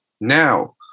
Now